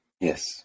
Yes